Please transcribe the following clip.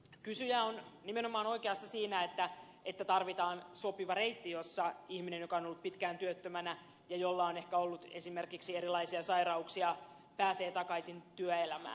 kysyjä on nimenomaan oikeassa siinä että tarvitaan sopiva reitti jossa ihminen joka on ollut pitkään työttömänä ja jolla on ollut ehkä esimerkiksi erilaisia sairauksia pääsee takaisin työelämään